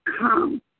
come